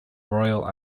royal